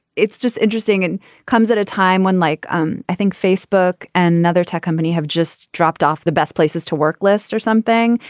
it's just interesting and comes at a time when like um i think facebook and other tech companies have just dropped off the best places to work list or something.